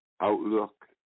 outlook